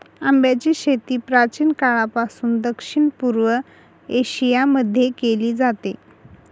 आंब्याची शेती प्राचीन काळापासून दक्षिण पूर्व एशिया मध्ये केली जाते